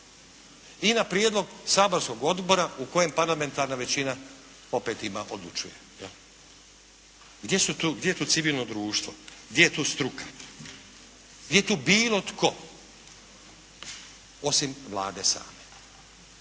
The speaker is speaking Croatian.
i na prijedlog saborskog odbora u kojem parlamentarna većina opet odlučuje. Gdje je tu civilno društvo? Gdje je tu struka? Gdje je tu bilo tko osim Vlade same?